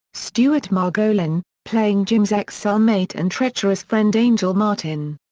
stuart margolin, playing jim's ex-cell mate and treacherous friend angel martin.